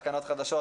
תקנות חדשות,